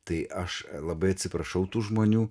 tai aš labai atsiprašau tų žmonių